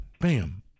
Bam